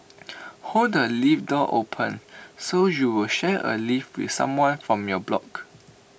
hold the lift door open so you'll share A lift with someone from your block